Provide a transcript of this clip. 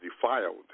defiled